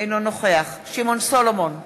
אינו נוכח שמעון סולומון,